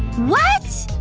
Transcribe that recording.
what?